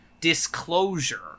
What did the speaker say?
Disclosure